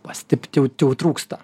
pasitept tiau jau trūksta